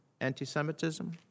anti-Semitism